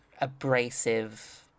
abrasive